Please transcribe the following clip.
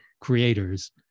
creators